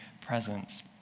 presence